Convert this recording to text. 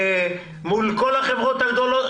מול כל החברות הגדולות.